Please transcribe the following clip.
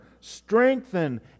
strengthen